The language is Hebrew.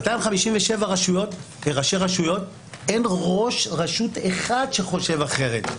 257 ראשי רשויות, אין ראש רשות אחד שחושב אחרת.